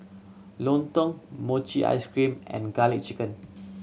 lontong mochi ice cream and Garlic Chicken